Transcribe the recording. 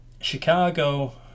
Chicago